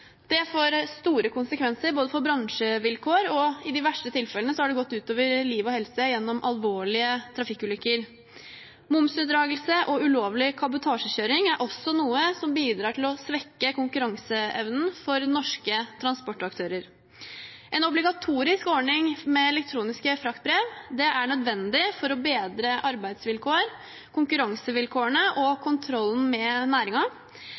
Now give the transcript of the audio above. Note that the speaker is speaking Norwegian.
Det får store konsekvenser for bransjevilkår, og i de verste tilfellene har det gått ut over liv og helse gjennom alvorlige trafikkulykker. Momsunndragelse og ulovlig kabotasjekjøring er også noe som bidrar til å svekke konkurranseevnen for norske transportaktører. En obligatorisk ordning med elektroniske fraktbrev er nødvendig for å bedre arbeidsvilkår, konkurransevilkår og kontroll med